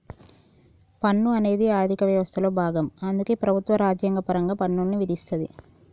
పన్ను అనేది ఆర్థిక వ్యవస్థలో భాగం అందుకే ప్రభుత్వం రాజ్యాంగపరంగా పన్నుల్ని విధిస్తది